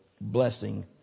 blessing